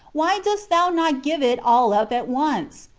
why dost thou not give it all up at once?